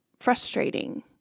frustrating